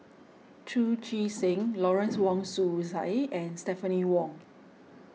Chu Chee Seng Lawrence Wong Shyun Tsai and Stephanie Wong